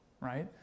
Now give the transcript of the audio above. right